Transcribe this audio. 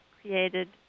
created